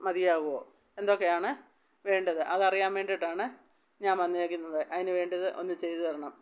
മാതിയാകുമോ എന്തൊക്കെയാണ് വേണ്ടത് അതറിയാൻ വേണ്ടീട്ടാണ് ഞാൻ വന്നേക്കുന്നത് അതിന് വേണ്ടത് ഒന്ന് ചെയ്തുതരണം